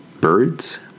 birds